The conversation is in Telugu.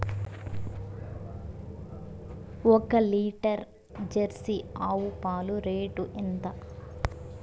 ఒక లీటర్ జెర్సీ ఆవు పాలు రేటు ఎంత?